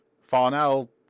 Farnell